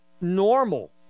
normal